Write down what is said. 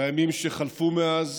בימים שחלפו מאז